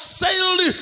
sailed